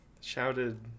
shouted